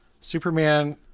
Superman